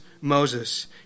Moses